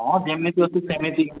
ହଁ ଯେମିତି ଅଛୁ ସେମିତି